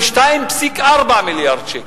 הם 2.4 מיליארד שקלים.